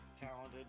Talented